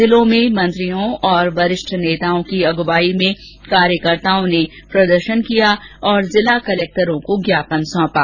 जिलों में मंत्रियों और वरिष्ठ नेताओं की अगुवाई में कार्यकर्ताओं ने प्रदर्शन किया और जिला कलेक्टरों को ज्ञापन सौपें